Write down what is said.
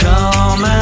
Come